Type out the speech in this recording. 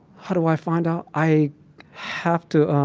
how do i find out? i have to